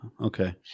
Okay